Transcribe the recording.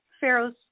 pharaoh's